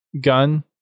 gun